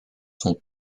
sont